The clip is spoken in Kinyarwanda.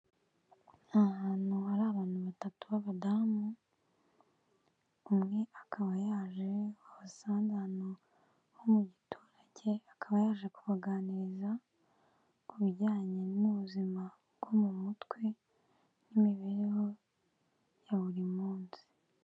Ni hantu hari abantu batatu b'abadamu, umwe akaba yaje wabasanze ahantu nko mu giturage, akaba yaje kubaganiriza ku bijyanye n'ubuzima bwo mu mutwe n'imibereho ya buri munsi.